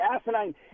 asinine